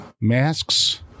Masks